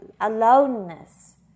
aloneness